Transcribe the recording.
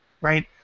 right